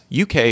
UK